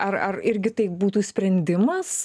ar ar irgi tai būtų sprendimas